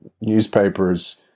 newspapers